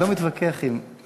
אני לא מתווכח עם אדוני.